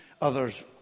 others